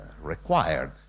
required